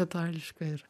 itališka ir